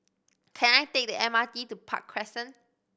can I take the M R T to Park Crescent